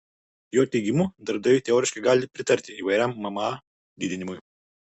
jo teigimu darbdaviai teoriškai gali pritarti įvairiam mma didinimui